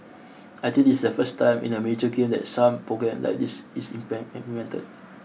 I think it is the first time in a major game that some programme like this is implemented